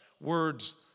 words